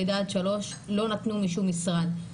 לידה עד שלוש לא נתנו משום משרד.